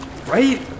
Right